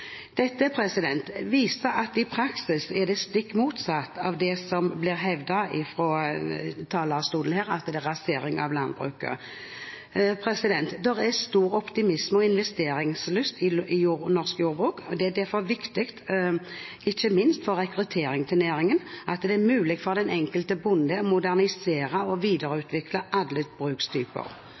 Dette viser at det i praksis er stikk motsatt av det som blir hevdet fra talerstolen, at det er rasering av landbruket. Det er stor optimisme og investeringslyst i norsk jordbruk, og det er derfor viktig, ikke minst for rekrutteringen til næringen, at det er mulig for den enkelte bonde å modernisere og videreutvikle alle brukstyper.